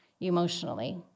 emotionally